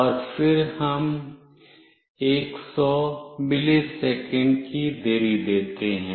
और फिर हम 100 मिलीसेकंड की देरी देते हैं